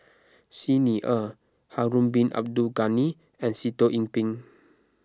Xi Ni Er Harun Bin Abdul Ghani and Sitoh Yih Pin